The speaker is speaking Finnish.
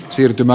siirtymä